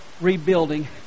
rebuilding